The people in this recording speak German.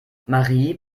marie